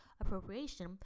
appropriation